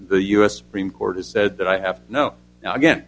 the u s supreme court has said that i have no now again